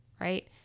right